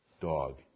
dog